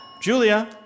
Julia